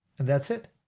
and that's it.